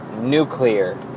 nuclear